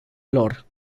lor